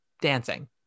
dancing